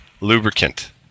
lubricant